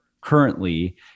currently